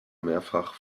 mehrfach